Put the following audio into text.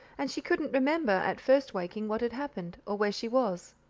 and she couldn't remember, at first waking, what had happened, or where she was.